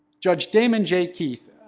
judge damon j. keith,